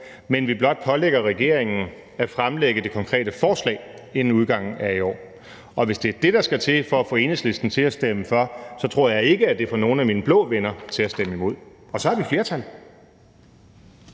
men blot pålægger regeringen at fremsætte det konkrete forslag inden udgangen af i år. Og hvis det er det, der skal til, for at få Enhedslisten til at stemme for, så tror jeg ikke, at det får nogen af mine blå venner til at stemme imod – og så har vi flertal.